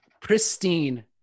pristine